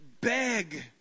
beg